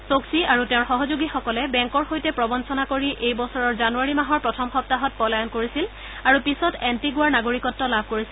ছৌকছি আৰু তেওঁৰ সহযোগীসকলে বেংকৰ সৈতে প্ৰবঞ্ণনা কৰি এই বছৰৰ জানুৱাৰী মাহৰ প্ৰথম সপ্তাহত পলায়ন কৰিছিল আৰু পিছত এণ্টিওৱাৰ নাগৰিকত্ব লাভ কৰিছিল